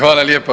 Hvala lijepa.